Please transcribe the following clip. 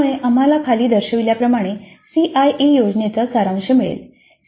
तर यामुळे आम्हाला खाली दर्शविल्याप्रमाणे सीआयई योजनेचा सारांश मिळेल